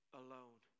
alone